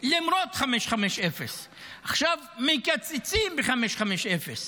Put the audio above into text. למרות 550. עכשיו מקצצים ב-550.